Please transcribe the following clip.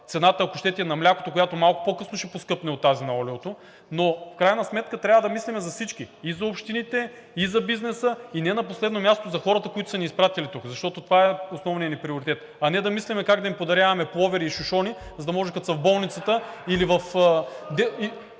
цената, ако щете и на млякото, която малко по-късно ще поскъпне от тази на олиото. Но в крайна сметка трябва да мислим за всички – и за общините, и за бизнеса, и не на последно място за хората, които са ни изпратили тук, защото това е основният ни приоритет, а не да мислим как да им подаряваме пуловери и шушони, за да може като са в болницата или в…